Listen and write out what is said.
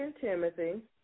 Timothy